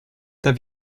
have